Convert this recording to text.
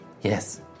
Yes